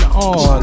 on